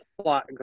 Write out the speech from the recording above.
plot